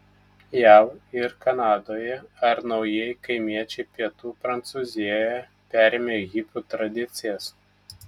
jav ir kanadoje ar naujieji kaimiečiai pietų prancūzijoje perėmę hipių tradicijas